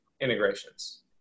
integrations